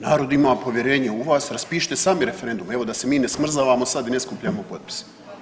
Narod ima povjerenje u vas, raspišite sami referendum, evo da se mi ne smrzavamo sad i ne skupljamo potpise.